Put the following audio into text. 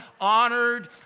honored